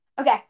Okay